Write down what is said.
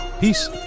Peace